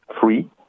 free